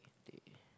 they